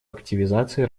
активизации